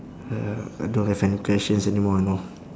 uh I don't have any questions anymore know